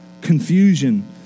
confusion